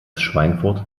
schweinfurt